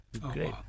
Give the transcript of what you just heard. Great